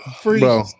free